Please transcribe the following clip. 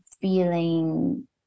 feeling